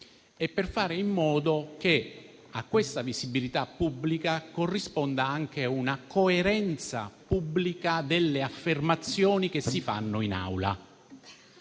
e fare in modo che a tale visibilità pubblica corrispondesse anche una coerenza pubblica delle affermazioni che si fanno in